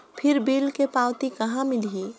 फिर बिल के पावती कहा मिलही?